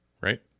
right